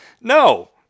no